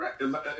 Right